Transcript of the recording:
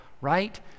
right